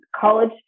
college